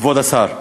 כבוד השר,